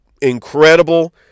incredible